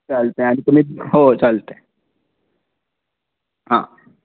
चालतं आहे आणि तुम्ही हो चालतं आहे हां